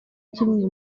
kimwe